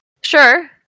Sure